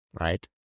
right